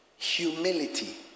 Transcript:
humility